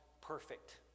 perfect